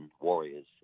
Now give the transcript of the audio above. warriors